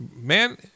Man